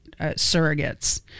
surrogates